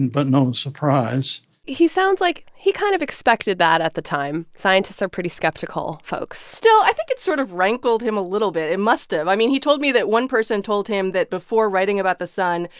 and but no surprise he sounds like he kind of expected that at the time. scientists are pretty skeptical folks still, i think it sort of rankled him a little bit. it must've. i mean, he told me that one person told him that before writing about the sun,